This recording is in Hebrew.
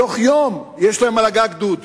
בתוך יום יש להם על הגג דוד